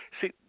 see